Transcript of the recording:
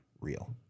real